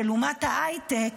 של אומת ההייטק,